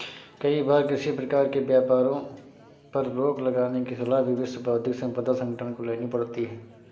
कई बार किसी प्रकार के व्यापारों पर रोक लगाने की सलाह भी विश्व बौद्धिक संपदा संगठन को लेनी पड़ती है